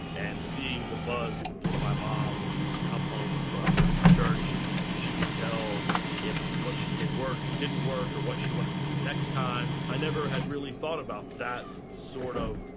and seeing the buzz it would give my mom when we would come home from church, and she could tell if what she did worked or didn't work, or what she wanted to do next time. i never had really thought about that, sort of,